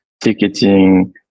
ticketing